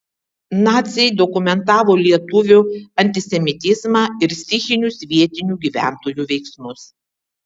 naciai dokumentavo lietuvių antisemitizmą ir stichinius vietinių gyventojų veiksmus